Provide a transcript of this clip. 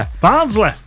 Barnsley